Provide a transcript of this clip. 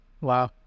Wow